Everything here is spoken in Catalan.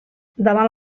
davant